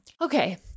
okay